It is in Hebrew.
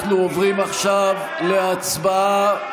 אנחנו עוברים עכשיו להצבעה.